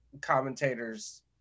commentators